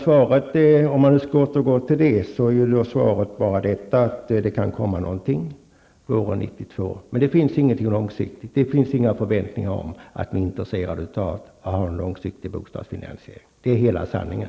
Svaret från Bo Lundgren innebär bara att det kan komma någonting före 1992, men det finns inget långsiktigt, och det finns inga förväntningar om att ni är intresserade av en långsiktig bostadsfinansiering. Det är hela sanningen.